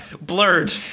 blurred